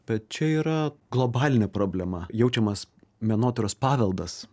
bet čia yra globalinė problema jaučiamas menotyros paveldas